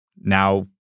Now